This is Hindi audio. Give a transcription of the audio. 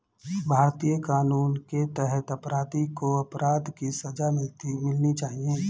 भारतीय कानून के तहत अपराधी को अपराध की सजा मिलनी चाहिए